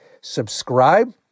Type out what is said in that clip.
subscribe